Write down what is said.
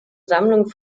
sammlung